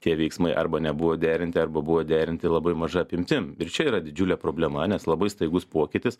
tie veiksmai arba nebuvo derinti arba buvo derinti labai maža apimtim ir čia yra didžiulė problema nes labai staigus pokytis